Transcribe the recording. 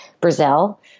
Brazil